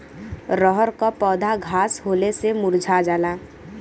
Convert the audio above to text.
रहर क पौधा घास होले से मूरझा जाला